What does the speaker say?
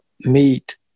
meet